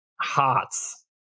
hearts